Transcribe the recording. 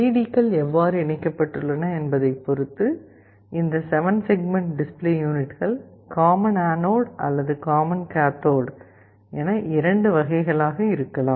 D க்கள் எவ்வாறு இணைக்கப்பட்டுள்ளன என்பதைப் பொறுத்து இந்த 7 செக்மெண்ட் டிஸ்ப்ளே யூனிட்கள் காமன் ஆனோட் அல்லது காமன் கேத்தோடு என 2 வகைகளாக இருக்கலாம்